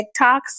TikToks